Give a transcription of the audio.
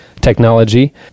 technology